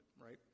right